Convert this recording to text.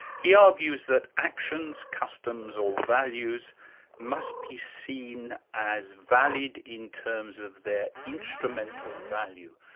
he argues that actions, customs or values must be seen as valid in terms of their instrumental value.